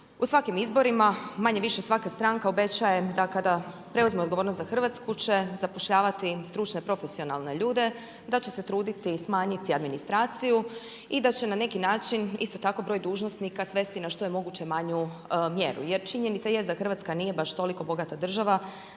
u svakim izborima manje-više svaka stranka obećava da kada preuzme odgovornost za Hrvatsku će zapošljavati stručne, profesionalne ljude, da će se truditi smanjiti administraciju i da će na neki način isto tako broj dužnosnika svesti na što je moguće manju mjeru. Jer činjenica jest da Hrvatska nije baš toliko bogata država